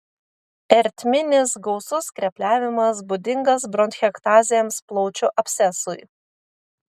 ertminis gausus skrepliavimas būdingas bronchektazėms plaučių abscesui